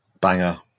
banger